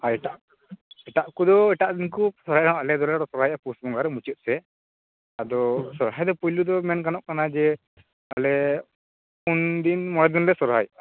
ᱟᱨ ᱮᱴᱟᱜ ᱮᱴᱟᱜ ᱠᱚᱫᱚ ᱮᱴᱟᱜ ᱫᱤᱱ ᱠᱚ ᱥᱚᱦᱚᱨᱟᱭ ᱦᱚᱸ ᱟᱞᱮ ᱫᱚᱞᱮ ᱥᱚᱨᱦᱟᱭᱚᱜᱼᱟ ᱯᱩᱥ ᱵᱚᱸᱜᱟ ᱨᱮ ᱢᱩᱪᱟᱹᱫ ᱥᱮᱫ ᱟᱫᱚ ᱥᱚᱨᱦᱟᱭ ᱫᱚ ᱯᱩᱭᱞᱩ ᱫᱚ ᱢᱮᱱ ᱜᱟᱱᱚᱜ ᱠᱟᱱᱟ ᱡᱮ ᱟᱞᱮ ᱯᱩᱱ ᱫᱤᱱ ᱢᱚᱬᱮ ᱫᱤᱱᱞᱮ ᱥᱚᱦᱚᱨᱟᱭᱚᱜ ᱟ